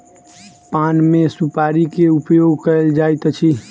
पान मे सुपाड़ी के उपयोग कयल जाइत अछि